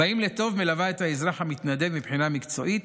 "באים לטוב" מלווה את האזרח המתנדב מבחינה מקצועית